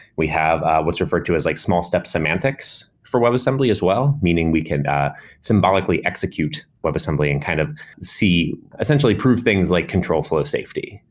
we have what's referred to as like small step semantics for web assembly as well. meaning we could symbolically execute web assembly and kind of see essentially prove things like control flow safety.